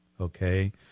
Okay